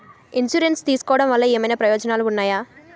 Insurance తీసుకోవటం వల్ల ఏమైనా ప్రయోజనాలు ఉన్నాయా?